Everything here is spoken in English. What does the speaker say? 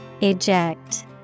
Eject